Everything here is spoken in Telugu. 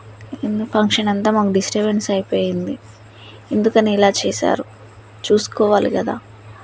ముందు ఫంక్షన్ అంతా మాకు డిస్టబెన్స్ అయిపోయింది ఎందుకని ఇలా చేశారు చూసుకోవాలి కదా